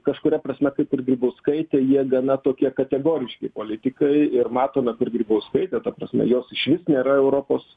kažkuria prasme kaip ir grybauskaitė jie gana tokie kategoriški politikai ir matome kur grybauskaitė ta prasme jos išvis nėra europos